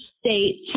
States